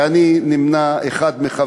שאני אחד מחבריה,